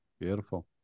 Beautiful